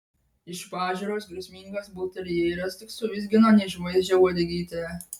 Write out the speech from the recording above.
iš pažiūros grėsmingas bulterjeras tik suvizgino neišvaizdžią uodegytę